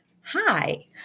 Hi